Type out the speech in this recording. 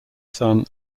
son